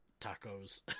Tacos